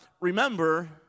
remember